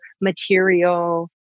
material